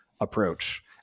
approach